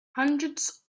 hundreds